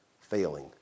failing